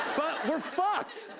but we're fucked.